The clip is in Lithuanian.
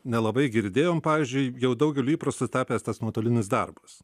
nelabai girdėjom pavyzdžiui jau daugeliui įprastu tapęs tas nuotolinis darbas